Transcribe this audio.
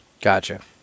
Gotcha